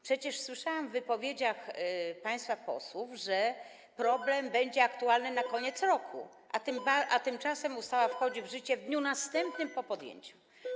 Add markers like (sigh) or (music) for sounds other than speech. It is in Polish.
Przecież słyszałam w wypowiedziach państwa posłów, że problem (noise) będzie aktualny na koniec roku, a tymczasem ustawa wchodzi w życie w dniu następnym po podjęciu.